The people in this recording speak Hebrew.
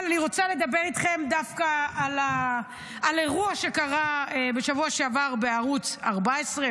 אבל אני רוצה לדבר איתכם דווקא על אירוע שקרה בשבוע שעבר בערוץ 14,